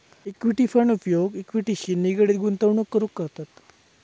equity fund उपयोग इक्विटीशी निगडीत गुंतवणूक करूक करतत